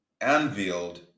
unveiled